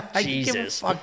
Jesus